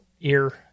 ear